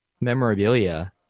memorabilia